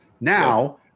now